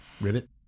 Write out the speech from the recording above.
Ribbit